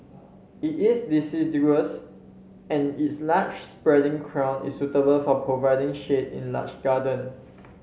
it is deciduous and its large spreading crown is suitable for providing shade in large garden